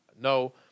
No